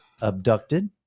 abducted